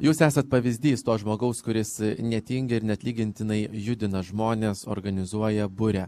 jūs esat pavyzdys to žmogaus kuris netingi ir neatlygintinai judina žmonės organizuoja buria